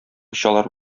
очалар